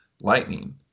lightning